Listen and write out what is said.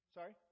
Sorry